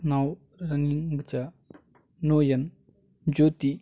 now रनिंगच्या नोयन ज्योती